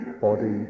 body